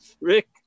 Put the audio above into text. Rick